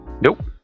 Nope